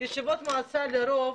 ישיבות מועצה לרוב